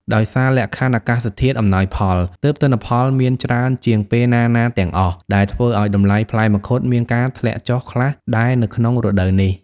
ដោយសារលក្ខខណ្ឌអាកាសធាតុអំណោយផល ទើបទិន្នផលមានច្រើនជាងពេលណាៗទាំងអស់ ដែលធ្វើឲ្យតម្លៃផ្លែមង្ឃុតមានការធ្លាក់ចុះខ្លះដែរនៅក្នុងរដូវនេះ។